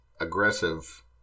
aggressive